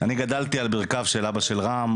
אני גדלתי על ברכיו של אבא של רם,